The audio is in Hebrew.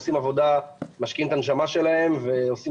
אבל הם עושים עבודה ומשקיעים את הנשמה שלהם ועושים